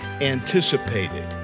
anticipated